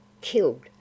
Killed